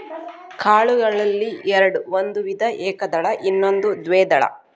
ಕಾಳುಗಳಲ್ಲಿ ಎರ್ಡ್ ಒಂದು ವಿಧ ಏಕದಳ ಇನ್ನೊಂದು ದ್ವೇದಳ